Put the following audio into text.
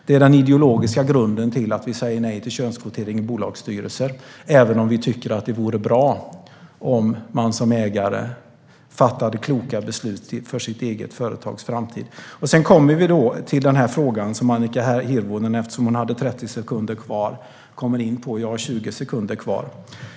Det är den ideologiska grunden till att vi säger nej till könskvotering i bolagsstyrelser, även om vi tycker att det vore bra om man som ägare fattar kloka beslut för sitt eget företags framtid. Sedan kommer jag till den fråga som Annika Hirvonen ställde eftersom hon hade 30 sekunder kvar på sin repliktid. Jag har 20 sekunder kvar.